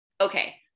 Okay